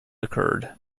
occurred